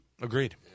Agreed